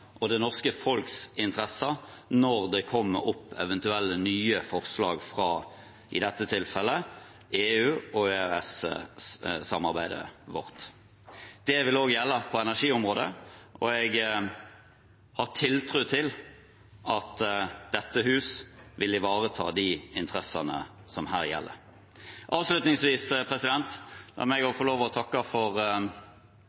vil ivareta norske interesser og det norske folks interesser når det kommer opp eventuelle nye forslag fra i dette tilfellet EU og EØS-samarbeidet vårt. Det vil også gjelde på energiområdet, og jeg har tiltro til at dette hus vil ivareta de interessene som her gjelder. Avslutningsvis